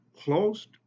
closed